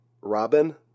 robin